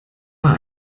war